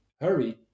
hurry